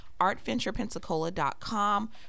artventurepensacola.com